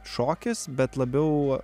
šokis bet labiau